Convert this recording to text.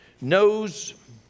knows